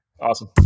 awesome